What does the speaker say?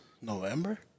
November